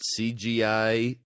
CGI